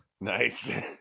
Nice